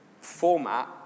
format